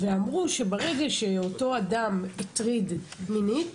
אמרו שברגע שאותו אדם הטריד מינית